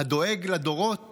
הדואג לדורות